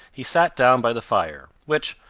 he sat down by the fire, which,